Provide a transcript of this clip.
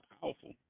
powerful